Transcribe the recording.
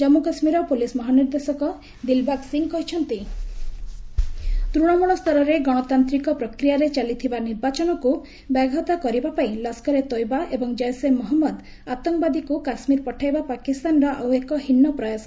Jammu Kashmir police ମହାନିର୍ଦ୍ଦେଶକ ଦିଲବାଗ ସିଂ କହିଛନ୍ତି ତ୍ତଣମ୍ଳଳ ସ୍ତରରେ ଗଣତାନ୍ତିକ ପ୍ରକ୍ରିୟାରେ ଚାଲିଥିବା ନିର୍ବାଚନକ୍ର ବ୍ୟାଘାତ କରିବା ପାଇଁ ଲସ୍କରେ ତୋୟବା ଏବଂ ଜୈଶେ ମହମ୍ମଦ ଆତଙ୍କବାଦୀଙ୍କ କାଶ୍ମୀରକୁ ପଠାଇବା ପାକିସ୍ତାନର ଆଉ ଏକ ହୀନ ପ୍ରୟାସ